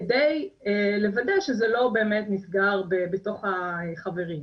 כדי לוודא שזה לא באמת נסגר בתוך החברים.